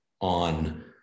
on